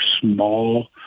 small